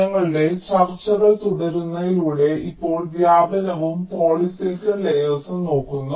ഞങ്ങളുടെ ചർച്ചകൾ തുടരുന്നതിലൂടെ ഞങ്ങൾ ഇപ്പോൾ വ്യാപനവും പോളിസിലിക്കൺ ലേയേർസും നോക്കുന്നു